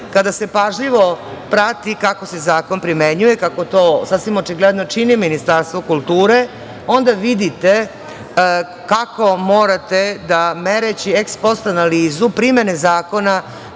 kada se pažljivo prati kako se zakon primenjuje, kako to sasvim očigledno čini Ministarstvo kulture, onda vidite kako morate da mereći "eks post" analizu primene zakona